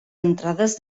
entrades